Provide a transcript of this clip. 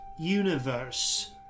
universe